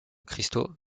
cristaux